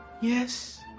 Yes